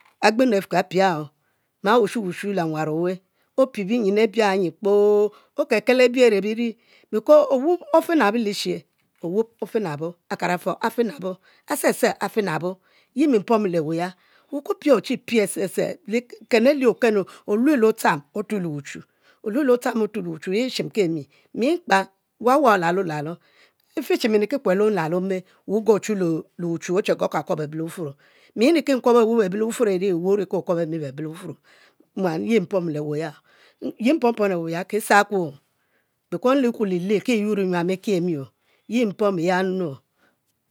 Agbenu ke pia? ma wushu wushu le mwan oweh, pie binyin jpoo okelkel because owob ofinabo lishe, owob ofinabo akurafuom afinabo asese afinabo, yi mi mpomo le weh ya ke opia ochi pie osese, because le ken oyi okenu le wuchu olud le octham ochu le wuchu e'shim ki e'mi, mi mkpa wswu olulo lalo e'fe che mi miki kuel nlal le ome wuchu, oche kuoba bebe le wuchu mi nii ki mkuo eweh bebe le wufuro eri we ori ke okuobemi laba yi mpomo le we ya, yi mpomo le weh ya kizar because nlekue li ley kinab e'kie mi yi mpomo yanu nu